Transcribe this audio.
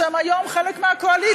שהם היום חלק מהקואליציה.